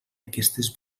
aquestes